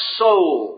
soul